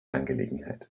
angelegenheit